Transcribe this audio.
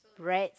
rat